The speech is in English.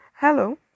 Hello